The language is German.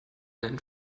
einen